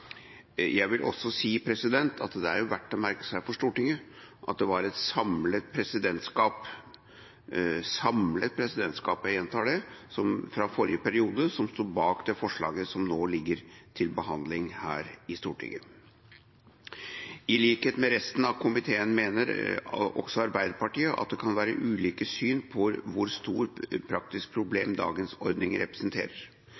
Jeg vil også si at det er verdt å merke seg for Stortinget at det var et samlet presidentskap – jeg gjentar et samlet presidentskap – fra forrige periode som sto bak det forslaget som nå ligger til behandling her i Stortinget. I likhet med resten av komiteen mener Arbeiderpartiet at det kan være ulike syn på hvor stort praktisk